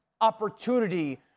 opportunity